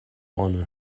قانون